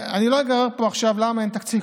אני לא איגרר פה עכשיו למה אין תקציב,